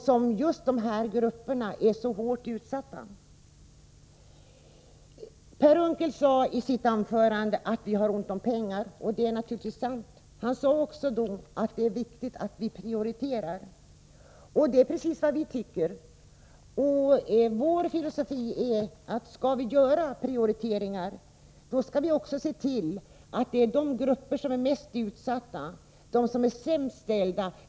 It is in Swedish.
I det avseendet är nämnda grupper särskilt utsatta. Per Unckel sade i sitt anförande att det inte finns tillräckligt med pengar. Det är naturligtvis sant. Han sade också att det är viktigt med en prioritering. Vi har precis samma uppfattning. Vår filosofi är den att om prioriteringar skall göras, måste man samtidigt slå vakt om just de grupper som är mest utsatta, dvs. de sämst ställda.